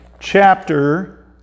chapter